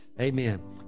Amen